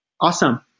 Awesome